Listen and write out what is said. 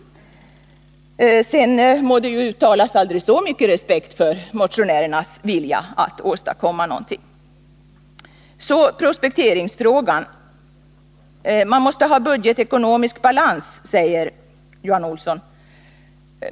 Sedan må det uttalas aldrig så mycket respekt för motionärernas vilja att åstadkomma någonting. Så till prospekteringsfrågan. Man måste ha budgetekonomisk balans, säger Johan Olsson.